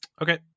Okay